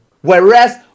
Whereas